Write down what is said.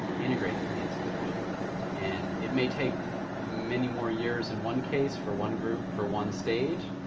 integrate into the institution and it may take many more years in one case for one group for one stage,